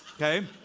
okay